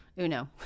Uno